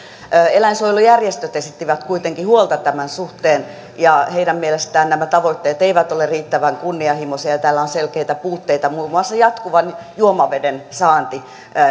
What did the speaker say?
eläinsuojelujärjestöt esittivät kuitenkin huolta tämän suhteen ja heidän mielestään nämä tavoitteet eivät ole riittävän kunnianhimoisia ja ja täällä on selkeitä puutteita muun muassa jatkuvan juomaveden saanti